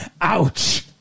Ouch